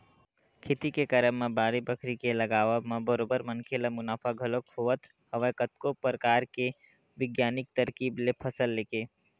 खेती के करब म बाड़ी बखरी के लगावब म बरोबर मनखे ल मुनाफा घलोक होवत हवय कतको परकार के बिग्यानिक तरकीब ले फसल लेके